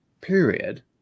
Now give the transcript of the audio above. period